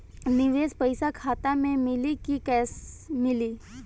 निवेश पइसा खाता में मिली कि कैश मिली?